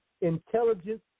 intelligence